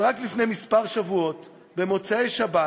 אבל רק לפני כמה שבועות, במוצאי-שבת,